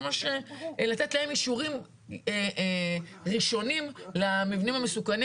לתת להם אישורים ראשונים למבנים המסוכנים